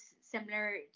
similar